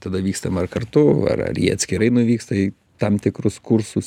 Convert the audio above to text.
tada vykstam ar kartu ar ar jie atskirai nuvyksta į tam tikrus kursus